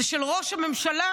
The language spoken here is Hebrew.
זה של ראש הממשלה,